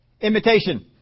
Imitation